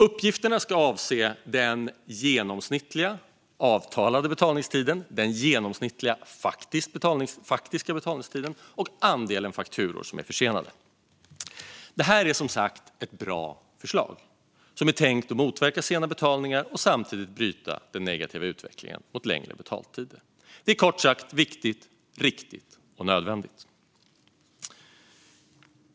Uppgifterna ska avse den genomsnittliga avtalade betalningstiden, den genomsnittliga faktiska betalningstiden och andelen försenade fakturor. Det här är som sagt ett bra förslag som är tänkt att motverka sena betalningar och samtidigt bryta den negativa utvecklingen mot längre betalningstider. Det är kort sagt viktigt, riktigt och nödvändigt.